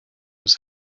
his